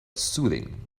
soothing